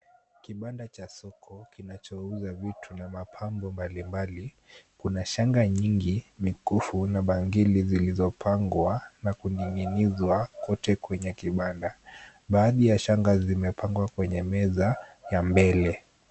Kibanda cha soko kinachouza vitu na mapambo mbali mbali. Kuna shanga mingi, mikufu na bangili zilizopangwa na kuning'inizwa kote kwenye kibanda. Baadhi ya shanga zimepangwa kwenye meza ya mbele.